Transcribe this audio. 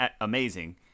amazing